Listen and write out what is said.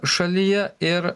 šalyje ir